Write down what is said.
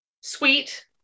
sweet